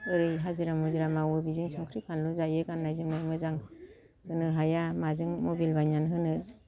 ओरै हाजिरा मुजिरा मावो बिजों संख्रि फानलु जायो गाननाय जोमनाय मोजां होनो हाया माजों मबिल बायनानै होनो